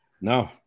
No